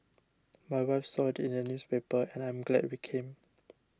my wife saw it in the newspaper and I'm glad we came